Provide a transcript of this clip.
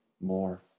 more